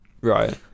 Right